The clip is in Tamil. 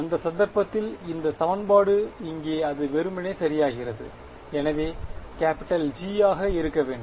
அந்த சந்தர்ப்பத்தில் இந்த சமன்பாடு இங்கே அது வெறுமனே சரியாகிறது எனவே கேபிட்டல் G ஆக இருக்க வேண்டும்